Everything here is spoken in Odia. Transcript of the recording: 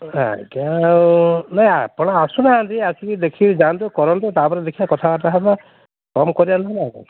ଆଜ୍ଞା ଆଉ ନାଇଁ ଆପଣ ଆସୁନାହାନ୍ତି ଆସିକି ଦେଖିକି ଯାଆନ୍ତୁ କରନ୍ତୁ ତାପରେ ଦେଖିବା କଥାବାର୍ତ୍ତା ହେବା କମ୍ କରିବା ନହେଲେ ଆଉ କ'ଣ